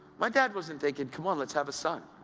my dad wasn't thinking, come on, let's have a son!